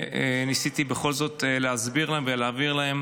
וניסיתי בכל זאת להסביר להם ולהבהיר להם